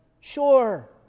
Sure